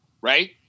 right